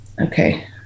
Okay